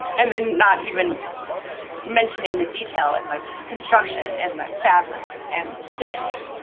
and then not even mentioning the detail and the construction and the fabric and stitching.